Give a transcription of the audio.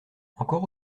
encore